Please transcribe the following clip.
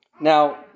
Now